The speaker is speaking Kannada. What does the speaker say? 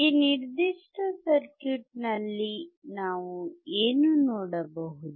ಈ ನಿರ್ದಿಷ್ಟ ಸರ್ಕ್ಯೂಟ್ ನಲ್ಲಿ ನಾವು ಏನು ನೋಡಬಹುದು